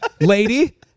lady